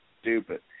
stupid